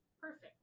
Perfect